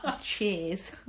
cheers